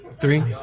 three